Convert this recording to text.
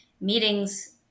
meetings